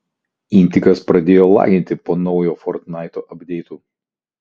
intikas pradėjo laginti po naujo fortnaito apdeitų